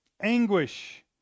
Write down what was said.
anguish